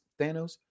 Thanos